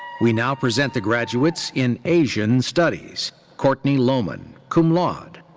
we now present the graduates in asian studies. courtney lowman, cum laude.